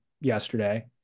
yesterday